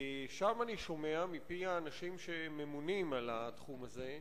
שם אני שומע מפי האנשים שממונים על התחום הזה,